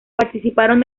participaron